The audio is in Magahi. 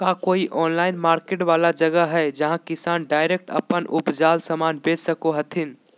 का कोई ऑनलाइन मार्केट वाला जगह हइ जहां किसान डायरेक्ट अप्पन उपजावल समान बेच सको हथीन?